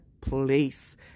place